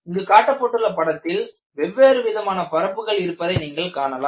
இங்கு காட்டப்பட்டுள்ள படத்தில் வெவ்வேறு விதமான பரப்புகள் இருப்பதை நீங்கள் காணலாம்